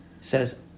says